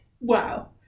Wow